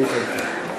כן, כן.